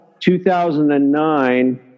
2009